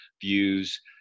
views